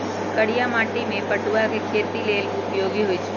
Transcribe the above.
करिया माटि में पटूआ के खेती लेल उपयोगी होइ छइ